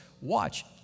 Watch